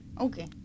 Okay